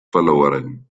verloren